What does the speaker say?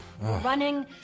running